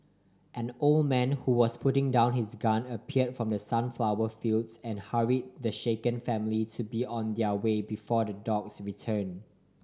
an old man who was putting down his gun appear from the sunflower fields and hurry the shaken family to be on their way before the dogs return